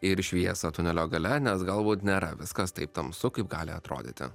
ir šviesą tunelio gale nes galbūt nėra viskas taip tamsu kaip gali atrodyti